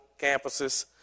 campuses